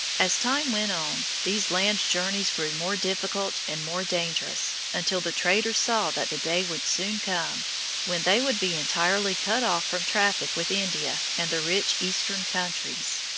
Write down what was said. as time went on, these land journeys grew more difficult and more dangerous, until the traders saw that the day would soon come when they would be entirely cut off from traffic with india and the rich eastern countries.